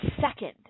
second